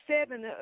seven